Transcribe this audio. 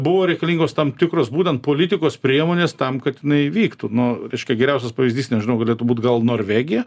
buvo reikalingos tam tikros būtent politikos priemonės tam kad jinai vyktų nu reiškia geriausias pavyzdys nežinau galėtų būt gal norvegija